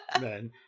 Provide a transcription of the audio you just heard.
men